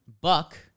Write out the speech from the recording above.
Buck